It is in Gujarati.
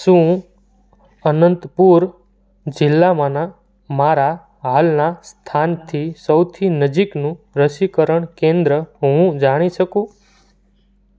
શું અનંતપુર જિલ્લામાંના મારા હાલના સ્થાનથી સૌથી નજીકનું રસીકરણ કેન્દ્ર હું જાણી શકું